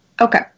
Okay